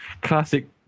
classic